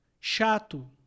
Chato